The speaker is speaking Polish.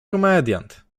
komediant